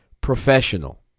professional